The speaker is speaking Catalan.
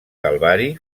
calvari